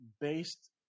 based